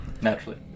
Naturally